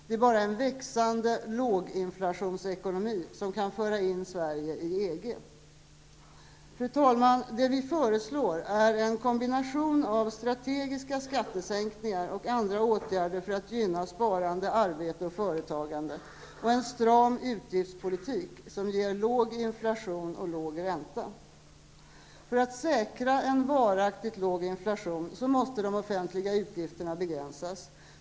Det är bara en växande låginflationsekonomi som kan föra Sverige in i EG. Fru talman! Det vi föreslår är en kombination av strategiska skattesänkningar och andra åtgärder för att gynna sparande, arbete och företagande och en stram utgiftspolitik som ger låg inflation och låg ränta. För att säkra en varaktigt låg inflation måste de offentliga utgifterna begränsas.